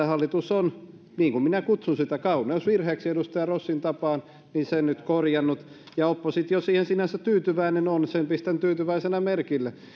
hallitus on minä kutsun sitä kauneusvirheeksi edustaja rossin tapaan lisännyt ja korjannut ja oppositio on siihen sinänsä tyytyväinen sen pistän tyytyväisenä merkille